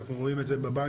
אנחנו רואים את זה בבנקים,